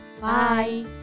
Bye